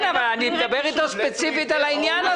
כן, אבל אני מדבר איתו ספציפית על העניין הזה.